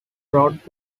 brought